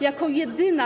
Jako jedyna.